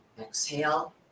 Exhale